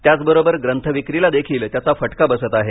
त्याचबरोबर ग्रंथविक्रीला देखील त्याचा फटका बसत आहे